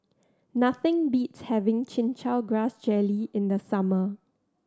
nothing beats having Chin Chow Grass Jelly in the summer